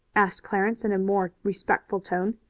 asked clarence in a more respectful tone.